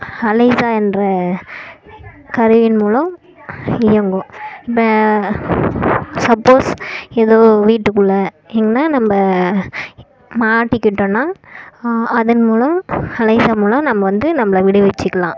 Alexa என்ற கருவியின் மூலம் இயங்கும் இந்த சப்போஸ் ஏதோ வீட்டுக்குள்ளை எங்கேனா நம்ப மாட்டிக்கிட்டன்னால் அதன்மூலம் அலைஸா மூலம் நம்ம வந்து நம்மளை விடுவிச்சுக்கலாம்